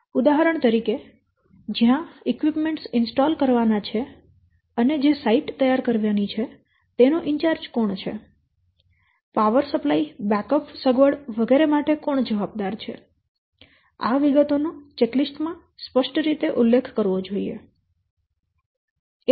ઉદાહરણ તરીકે જ્યાં ઉપકરણો ઇન્સટોલ કરવાના છે અને જે સાઇટ તૈયાર કરવાની છે તેનો ઇન્ચાર્જ કોણ છે પાવર સપ્લાય બેક અપ સગવડ વગેરે માટે કોણ જવાબદાર છે આ વિગતો નો ચેકલીસ્ટ માં સ્પષ્ટ રીતે ઉલ્લેખ કરવો જોઇએ